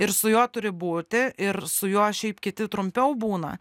ir su juo turi būti ir su juo šiaip kiti trumpiau būna